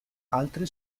altri